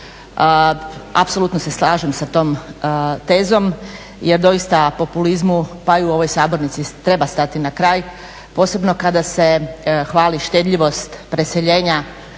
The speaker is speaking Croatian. Apsolutno se slažem sa tom tezom, jer doista o populizmu, pa i u ovoj sabornici treba stati na kraj, posebno kada se hvali štedljivost preseljenja